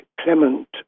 Clement